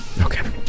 Okay